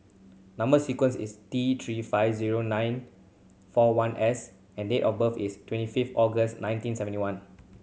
number sequence is T Three five zero nine four one S and date of birth is twenty fifth August nineteen seventy one